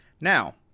Now